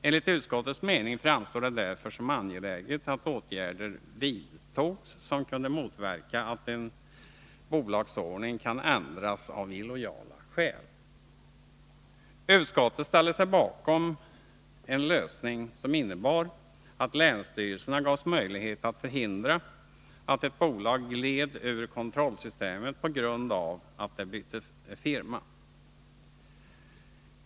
Enligt utskottets mening framstod det därför som angeläget att åtgärder vidtas som kan motverka att en bolagsordning ändras av illojala skäl. Utskottet ställde sig bakom en lösning som innebar att länsstyrelserna gavs möjlighet att förhindra att ett bolag gled ur kontrollsystemet på grund av att det bytte firma.